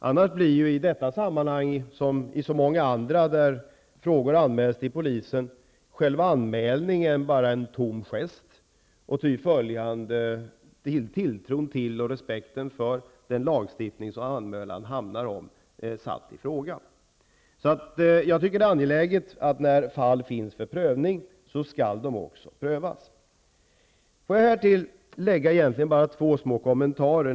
Annars blir i detta sammanhang, som i så många andra där anmälan görs till polisen, anmälningen bara en tom gest och ty åtföljande tilltron till och respekten för den lagstiftning som anmälan handlar om satt i fråga. Så jag tycker att det är angeläget att när fall finns för prövning skall de också prövas. Låt mig härtill lägga bara två små kommentarer.